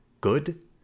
good